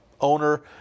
owner